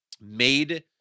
made